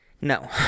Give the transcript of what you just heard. No